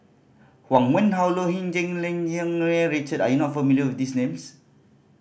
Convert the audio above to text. Huang Wenhong Low Richard are you not familiar with these names